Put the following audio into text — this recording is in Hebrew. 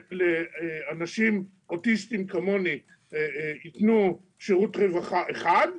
שלאנשים אוטיסטיים כמוני ייתנו שירות רווחה אחד,